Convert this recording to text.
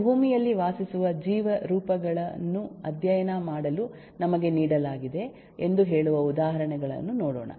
ನಾವು ಭೂಮಿಯಲ್ಲಿ ವಾಸಿಸುವ ಜೀವ ರೂಪಗಳನ್ನು ಅಧ್ಯಯನ ಮಾಡಲು ನಮಗೆ ನೀಡಲಾಗಿದೆ ಎಂದು ಹೇಳುವ ಉದಾಹರಣೆಗಳನ್ನು ನೋಡೋಣ